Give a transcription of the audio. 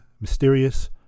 mysterious